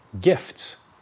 gifts